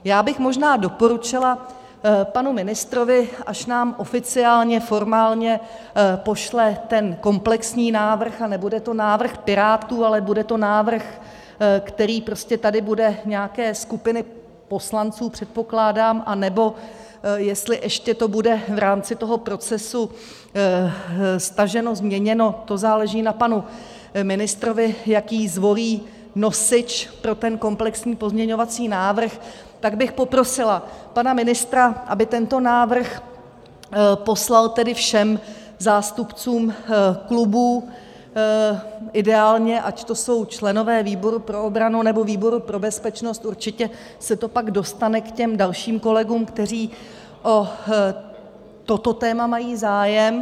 Já bych možná doporučila panu ministrovi, až nám oficiálně formálně pošle ten komplexní návrh, a nebude to návrh Pirátů, ale bude to návrh, který bude nějaké skupiny poslanců, předpokládám, nebo jestli to ještě bude v rámci toho procesu staženo, změněno, to záleží na panu ministrovi, jaký zvolí nosič pro ten komplexní pozměňovací návrh, tak bych poprosila pana ministra, aby tento návrh poslal všem zástupcům klubů, ideálně ať to jsou členové výboru pro obranu nebo výboru pro bezpečnost, určitě se to pak dostane k těm dalším kolegům, kteří o toto téma mají zájem.